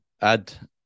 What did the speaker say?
add